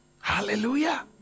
Hallelujah